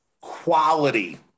quality